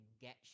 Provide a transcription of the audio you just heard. get